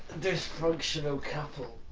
dysfunctional couple.